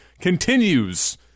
continues